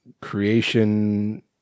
Creation